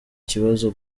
kibazo